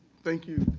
thank you,